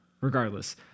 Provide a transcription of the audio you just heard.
regardless